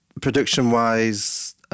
production-wise